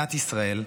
מדינת ישראל,